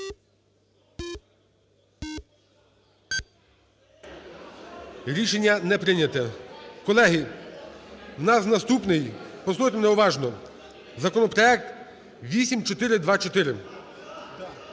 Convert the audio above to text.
Рішення не прийнято. Колеги, у нас наступний, послухайте мене уважно, законопроект 8424.